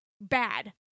bad